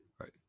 Right